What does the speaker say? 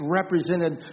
represented